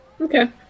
Okay